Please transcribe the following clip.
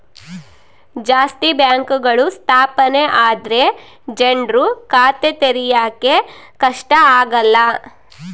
ಜಾಸ್ತಿ ಬ್ಯಾಂಕ್ಗಳು ಸ್ಥಾಪನೆ ಆದ್ರೆ ಜನ್ರು ಖಾತೆ ತೆರಿಯಕ್ಕೆ ಕಷ್ಟ ಆಗಲ್ಲ